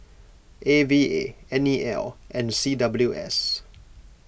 A V A N E L and C W S